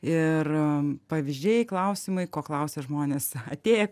ir pavyzdžiai klausimai ko klausia žmonės atėję